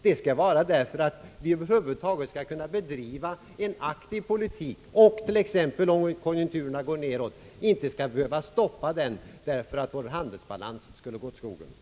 Det gör vi för att vi över huvud taget skall kunna bedriva en aktiv politik så att vi, t.ex. om konjunkturen går neråt, inte skall behöva stoppa därför att vår handelsbalans går åt skogen.